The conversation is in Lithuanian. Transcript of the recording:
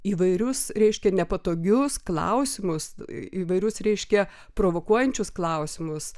įvairius reiškia nepatogius klausimus įvairius reiškia provokuojančius klausimus